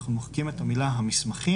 אנחנו מוחקים את המילה "המסמכים"